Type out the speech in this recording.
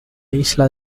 isla